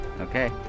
Okay